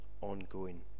ongoing